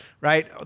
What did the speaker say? right